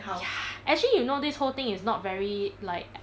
ya actually you know this whole thing is not very like a~